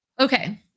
Okay